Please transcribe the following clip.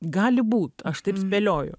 gali būt aš taip spėlioju